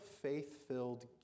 faith-filled